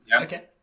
Okay